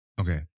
Okay